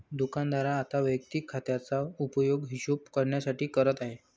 दुकानदार आता वैयक्तिक खात्याचा उपयोग हिशोब करण्यासाठी करत आहे